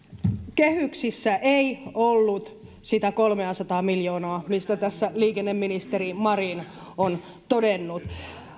kehyksissä ei ollut sitä kolmeasataa miljoonaa mistä tässä liikenneministeri marin on todennut